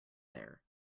there